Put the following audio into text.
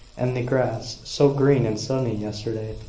and the grass, so green and sunny yesterday,